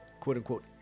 quote-unquote